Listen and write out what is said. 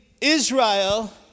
Israel